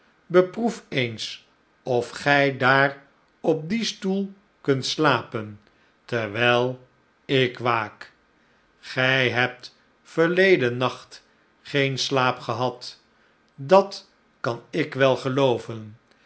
beproef eens of gij daar op dien stoel kunt slapen terstephen's droom wijl ik waak gij hebt verleden nacht geen slaap gehad dat kan ik wel gelooven